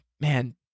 man